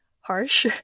harsh